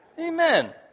Amen